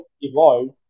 evolved